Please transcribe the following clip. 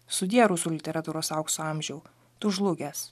sudie rusų literatūros aukso amžiau tu žlugęs